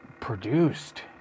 produced